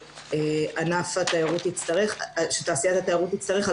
שענף התיירות ותעשיית התיירות תצטרך,